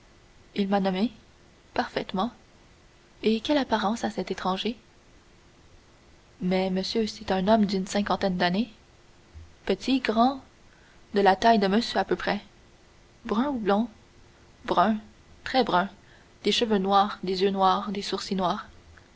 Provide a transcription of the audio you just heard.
il m'a nommé parfaitement et quelle apparence a cet étranger mais monsieur c'est un homme d'une cinquantaine d'années petit grand de la taille de monsieur à peu près brun ou blond brun très brun des cheveux noirs des yeux noirs des sourcils noirs